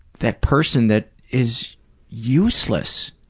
that person that is useless.